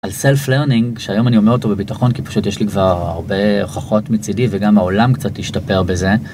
על סלף לרנינג שהיום אני אומר אותו בביטחון כי פשוט יש לי כבר הרבה הוכחות מצידי וגם העולם קצת השתפר בזה.